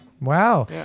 wow